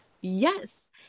Yes